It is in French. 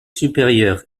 supérieur